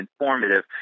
informative